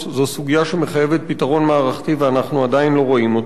זו סוגיה שמחייבת פתרון מערכתי ואנחנו עדיין לא רואים אותו.